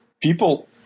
People